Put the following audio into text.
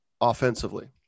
offensively